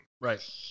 Right